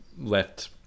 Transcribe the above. left